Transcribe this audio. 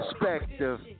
perspective